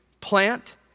Plant